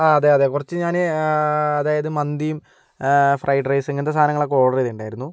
ആ അതെ അതെ കുറച്ച് ഞാൻ അതായത് മന്തിയും ഫ്രൈഡ് റൈസ് ഇങ്ങനത്തെ സാധനങ്ങളൊക്കെ ഓർഡർ ചെയ്തിട്ടുണ്ടായിരുന്നു